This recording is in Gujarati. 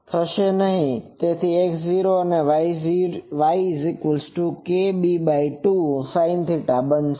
તેથી X0 અને Yk b2sinθ બનશે